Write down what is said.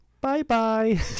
bye-bye